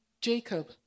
Jacob